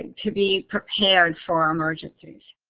to be prepared for emergencies.